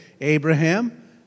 Abraham